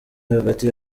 hagati